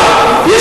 אדוני היושב-ראש,